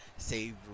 save